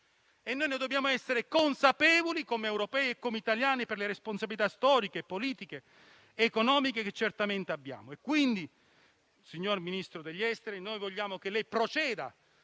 terra. Dobbiamo esserne consapevoli, come europei e come italiani, per le responsabilità storiche, politiche ed economiche che certamente abbiamo. Signor Ministro degli affari esteri, vogliamo che proceda